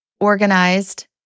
organized